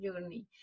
journey